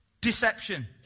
Deception